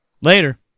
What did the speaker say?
Later